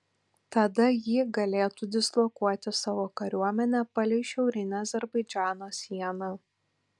tada ji galėtų dislokuoti savo kariuomenę palei šiaurinę azerbaidžano sieną